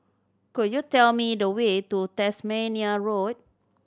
could you tell me the way to Tasmania Road